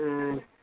ஆ